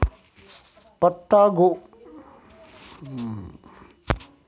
पत्ता गोभी की पौध में काला कीट कट वार्म के जड़ में लगने के नुकसान क्या हैं इसके क्या लक्षण हैं?